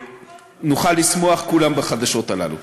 נוכל לשמוח, כולם, בחדשות הללו.